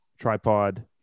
tripod